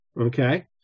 Okay